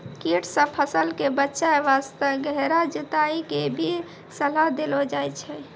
कीट सॅ फसल कॅ बचाय वास्तॅ गहरा जुताई के भी सलाह देलो जाय छै